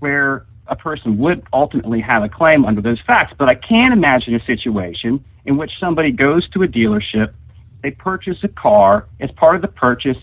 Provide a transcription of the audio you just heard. where a person would ultimately have a claim under those facts but i can imagine a situation in which somebody goes to a dealership they purchase a car as part of the purchase